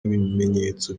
ibimenyetso